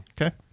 Okay